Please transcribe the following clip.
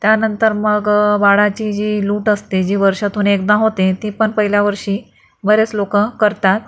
त्यानंतर मग बाळाची जी लूट असते जी वर्षातून एकदा होते ती पण पहिल्या वर्षी बरेच लोक करतात